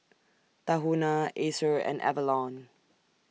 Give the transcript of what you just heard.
Tahuna Acer and Avalon